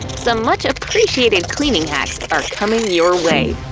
some much-appreciated cleaning hacks are coming your way.